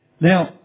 Now